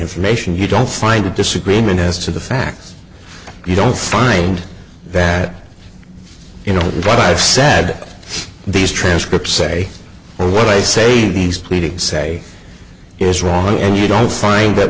information you don't find a disagreement as to the facts you don't find that you know what i've said these transcripts say and what i say these pleadings say is wrong and you don't find that